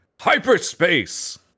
Hyperspace